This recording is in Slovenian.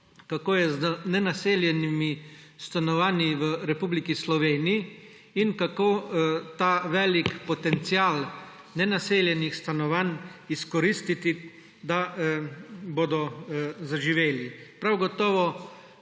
kako je z nenaseljenimi stanovanji v Republiki Sloveniji in kako ta velik potencial nenaseljenih stanovanj izkoristiti, da bodo zaživela. Prav gotovo